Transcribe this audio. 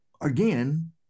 again